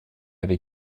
avait